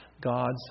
God's